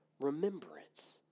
remembrance